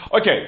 Okay